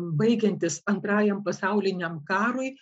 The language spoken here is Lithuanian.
baigiantis antrajam pasauliniam karui